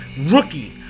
rookie